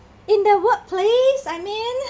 in the workplace I mean